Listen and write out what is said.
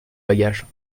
bagages